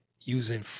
Using